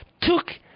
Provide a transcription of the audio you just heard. took